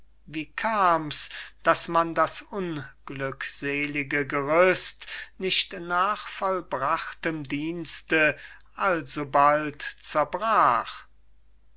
wie kam's daß man das unglückselige gerüst nicht nach vollbrachtem dienste alsobald zerbrach